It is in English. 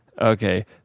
Okay